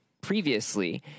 previously